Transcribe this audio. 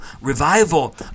revival